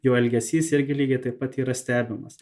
jo elgesys irgi lygiai taip pat yra stebimas